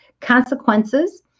consequences